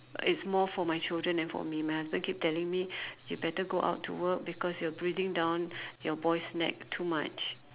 it's more for my children and for me my husband keep telling me you better go out to work because you're breathing down your boys' neck too much